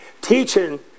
teaching